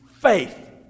Faith